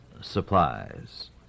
supplies